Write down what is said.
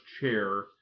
chair